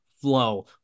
Flow